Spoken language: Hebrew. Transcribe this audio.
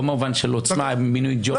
לא במובן של עוצמה עם מינוי ג'וב כזה או אחר.